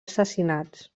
assassinats